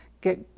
get